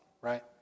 right